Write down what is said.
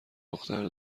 دختر